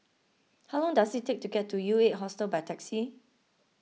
how long does it take to get to U eight Hostel by taxi